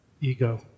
ego